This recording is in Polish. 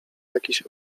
jakiś